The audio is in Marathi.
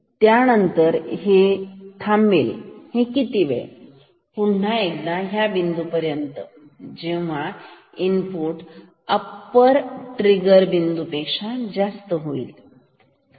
त्यानंतर हे इथे थांबेलहे किती वेळ पुन्हा एकदा ह्या बिंदू पर्यंत जेव्हा इनपुट अप्पर ट्रिगर बिंदू पेक्षा जास्त होईल